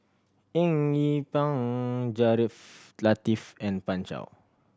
Eng Yee Peng Latiff and Pan Shou